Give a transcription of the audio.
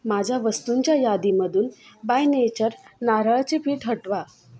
माझ्या वस्तूंच्या यादीमधून बाय नेचर नारळाचे पीठ हटवा